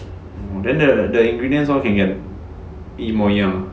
oh then the the ingredients all can get the 一模一样